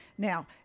Now